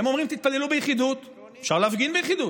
הם אומרים: תתפללו ביחידות, אפשר להפגין ביחידות.